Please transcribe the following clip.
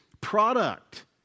product